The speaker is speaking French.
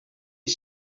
est